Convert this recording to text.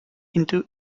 into